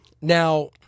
Now